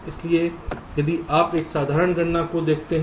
इसलिए यदि आप एक साधारण गणना को देखते हैं